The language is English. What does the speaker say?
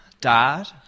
Dad